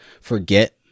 forget